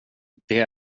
det